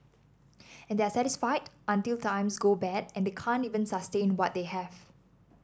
and they are satisfied until times go bad and they can't even sustain what they have